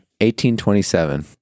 1827